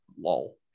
lol